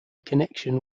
connection